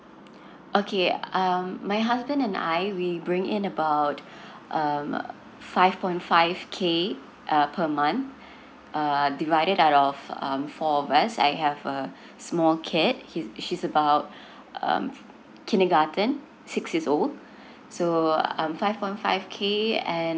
okay um my husband and I we bring in about err five point five K err per month err divided that of four of us I have a small kid he's she's about um kindergarten six years old so um five point five K and